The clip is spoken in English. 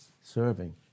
serving